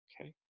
Okay